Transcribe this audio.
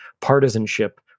partisanship